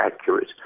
accurate